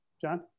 John